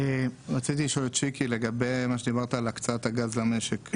רציתי לשאול את שיקי לגבי מה שדיברת על הקצאת הגז למשק.